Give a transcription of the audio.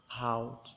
out